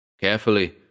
Carefully